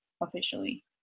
officially